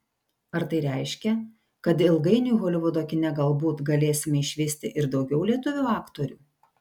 ar tai reiškia kad ilgainiui holivudo kine galbūt galėsime išvysti ir daugiau lietuvių aktorių